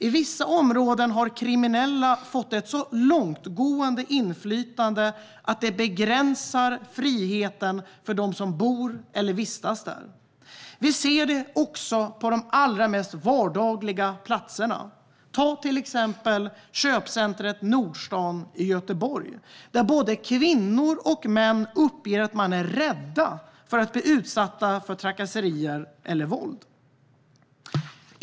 I vissa områden har kriminella fått ett så långtgående inflytande att det begränsar friheten för dem som bor eller vistas där. Vi ser det också på de allra mest vardagliga platserna. Ta till exempel köpcentret Nordstan i Göteborg, där både kvinnor och män uppger att de är rädda för att bli utsatta för trakasserier eller våld.